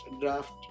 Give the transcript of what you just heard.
draft